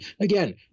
Again